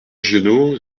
giono